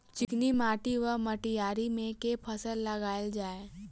चिकनी माटि वा मटीयारी मे केँ फसल लगाएल जाए?